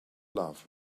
love